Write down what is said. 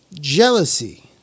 jealousy